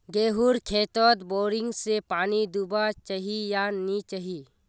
गेँहूर खेतोत बोरिंग से पानी दुबा चही या नी चही?